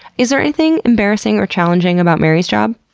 is there anything embarrassing or challenging about mary's job?